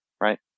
right